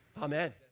Amen